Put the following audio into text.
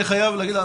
אני חייב להגיד,